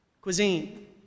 cuisine